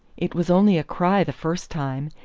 it was only a cry the first time,